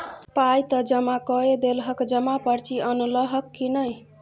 पाय त जमा कए देलहक जमा पर्ची अनलहक की नै